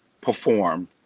perform